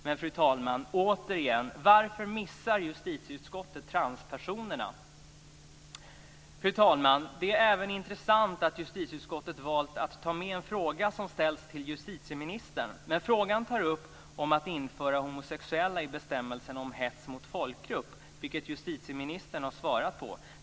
Men återigen, fru talman, varför missar justitieutskottet just transpersonerna? Fru talman! Det är även intressant att justitieutskottet valt att ta med en fråga som ställts till justitieministern. Frågan tar upp att införa homosexuella i bestämmelsen om hets mot folkgrupp, vilket justitieministern har svarat på.